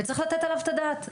צריך לתת על זה את הדעת.